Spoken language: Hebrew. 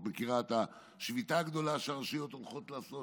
את מכירה את השביתה הגדולה שהרשויות הולכות לעשות